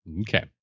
Okay